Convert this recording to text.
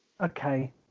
okay